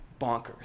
bonkers